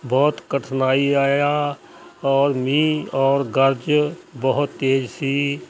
ਬਹੁਤ ਕਠਿਨਾਈ ਆਇਆ ਔਰ ਮੀਂਹ ਔਰ ਗਰਜ ਬਹੁਤ ਤੇਜ਼ ਸੀ